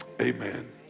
Amen